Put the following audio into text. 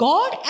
God